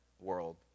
world